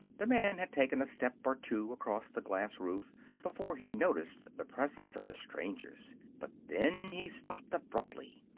the man had taken a step or two across the glass roof before he noticed the presence of the strangers but then he stopped abruptly.